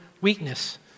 weakness